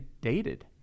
dated